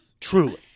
truly